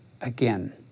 again